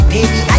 Baby